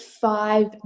five